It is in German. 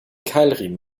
keilriemen